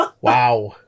Wow